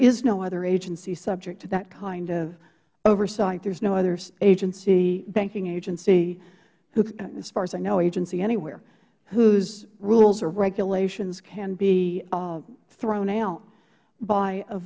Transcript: is no other agency subject to that kind of oversight there's no other agencyh banking agency at least as far as i know agency anywhere whose rules or regulations can be thrown out by a